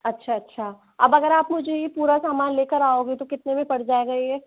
अच्छा अच्छा अब अगर आप मुझे ये पूरा समान लेकर आओगे तो कितने में पड़ जाएगा ये